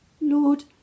Lord